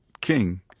King